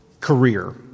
career